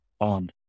on